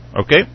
Okay